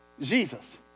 Jesus